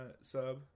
Sub